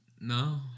No